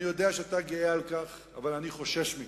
אני יודע שאתה גאה על כך, אבל אני חושש מכך.